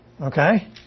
okay